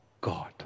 God